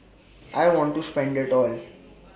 I want to spend IT all